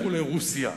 לכו לרוסיה,